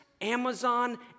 Amazon